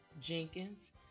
Jenkins